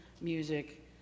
music